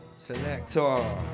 selector